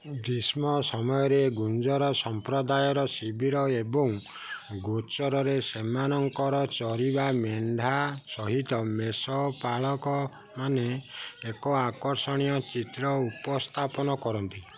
ଗ୍ରୀଷ୍ମ ସମୟରେ ଗୁଞ୍ଜର ସମ୍ପ୍ରଦାୟର ଶିବିର ଏବଂ ଗୋଚରରେ ସେମାନଙ୍କର ଚରିବା ମେଣ୍ଢା ସହିତ ମେଷପାଳକମାନେ ଏକ ଆକର୍ଷଣୀୟ ଚିତ୍ର ଉପସ୍ଥାପନ କରନ୍ତି